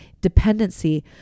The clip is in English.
dependency